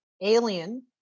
alien